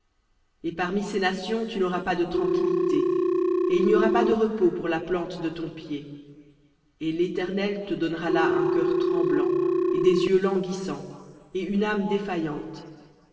et parmi ces nations tu n'auras pas de tranquillité et il n'y aura pas de repos pour la plante de ton pied et l'éternel te donnera là un cœur tremblant et des yeux languissants et une âme défaillante